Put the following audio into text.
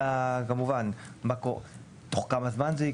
וגם כמובן תוך כמה זמן זה יקרה?